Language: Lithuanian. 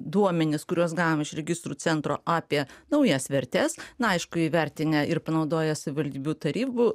duomenis kuriuos gavom iš registrų centro apie naujas vertes na aišku įvertinę ir panaudoję savivaldybių tarybų